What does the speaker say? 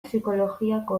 psikologiako